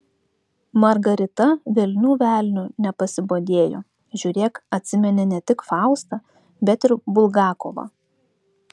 margarita velnių velniu nepasibodėjo žiūrėk atsimeni ne tik faustą bet ir bulgakovą